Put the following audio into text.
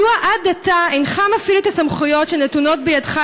מדוע עד עתה אינך מפעיל את הסמכויות שנתונות בידך,